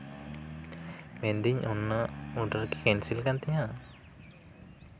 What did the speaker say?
ᱢᱮᱱᱫᱟᱹᱧ ᱚᱱᱟ ᱚᱰᱟᱨ ᱠᱤ ᱠᱮᱱᱥᱮᱞ ᱠᱟᱱ ᱛᱤᱧᱟᱹ